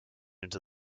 into